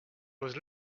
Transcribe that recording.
was